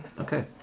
Okay